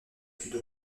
études